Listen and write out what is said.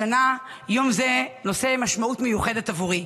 השנה יום זה נושא משמעות מיוחדת עבורי,